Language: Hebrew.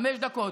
חמש דקות.